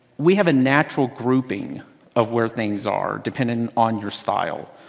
we have a natural grouping of where things are dependent on your style.